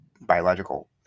biological